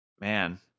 Man